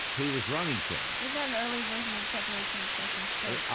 he was running things is that an early version of separation of church and state? ah,